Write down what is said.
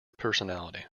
personality